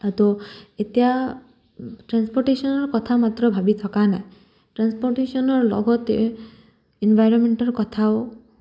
তো এতিয়া ট্ৰেন্সপৰ্টেশ্যনৰ কথা মাত্ৰ ভাবি থকা নাই ট্ৰেন্সপৰ্টেশ্যনৰ লগতে এনভাইৰমেণ্টৰ কথাও